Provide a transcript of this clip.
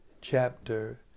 chapter